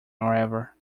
however